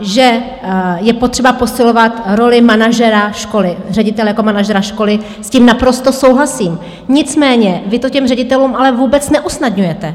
Že je potřeba posilovat roli manažera školy, ředitele jako manažera školy, s tím naprosto souhlasím, nicméně vy to těm ředitelům ale vůbec neusnadňujete.